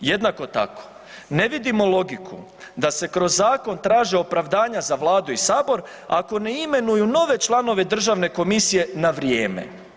Jednako tako ne vidimo logiku da se kroz zakon traže opravdanja za Vladu i Sabor ako ne imenuju nove članove državne komisije na vrijeme.